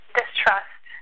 distrust